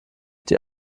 die